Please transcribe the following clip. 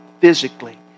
physically